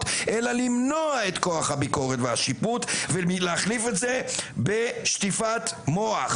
אלא למנוע את כוח הביקורת והשיפוט ולהחליף את זה בשטיפת מוח.